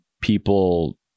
people